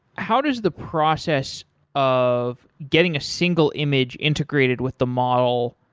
how does the process of getting a single image integrated with the model?